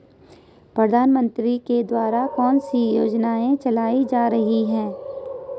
प्रधानमंत्री के द्वारा कौनसी योजनाएँ चल रही हैं?